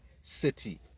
city